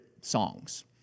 songs